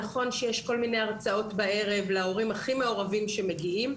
נכון שיש כל מיני הרצאות בערב להורים הכי מעורבים שמגיעים,